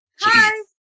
Hi